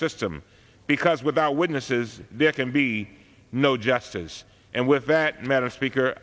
system because without witnesses there can be no justice and with that matter speaker